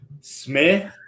Smith